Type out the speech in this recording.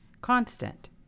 constant